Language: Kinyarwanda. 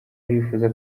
arifuza